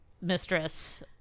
mistress